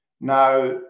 Now